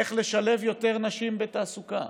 איך לשלב יותר נשים בתעסוקה,